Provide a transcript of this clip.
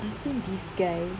I think this guy